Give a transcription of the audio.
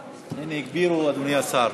הנה, הגבירו, אדוני השר.